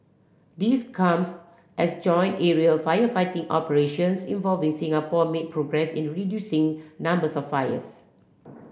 this comes as joint aerial firefighting operations involving Singapore made progress in reducing numbers of fires